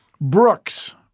Brooks